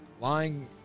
lying